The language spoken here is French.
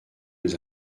les